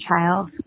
child